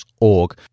org